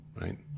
right